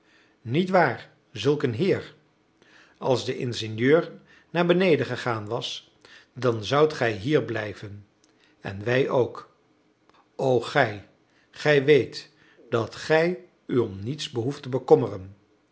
niet waar zulk een heer als de ingenieur naar beneden gegaan was dan zoudt gij hier blijven en wij ook o gij gij weet dat gij u om niets behoeft